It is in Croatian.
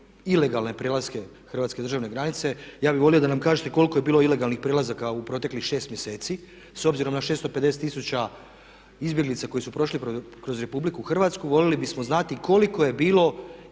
ilegalne prelaske hrvatske državne granice. Ja bih volio da nam kažete koliko je bilo ilegalnih prelazaka u proteklih 6 mjeseci s obzirom na 650 000 izbjeglica koji su prošli kroz Republiku Hrvatsku voljeli bismo znati koliko je bilo